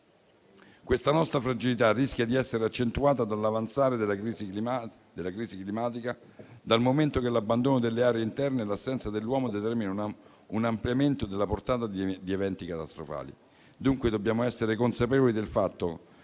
Questa nostra fragilità rischia di essere accentuata dall'avanzare della crisi climatica, dal momento che l'abbandono delle aree interne e l'assenza dell'uomo determinano un ampliamento della portata di eventi catastrofali. Dunque dobbiamo essere consapevoli del fatto